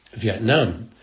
Vietnam